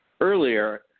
earlier